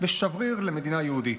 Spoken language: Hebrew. ושבריר למדינה יהודית.